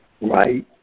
right